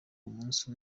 umunsi